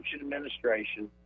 administration